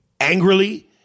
angrily